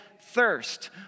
thirst